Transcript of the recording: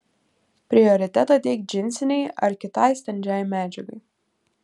prioritetą teik džinsinei ar kitai standžiai medžiagai